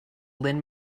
lend